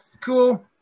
cool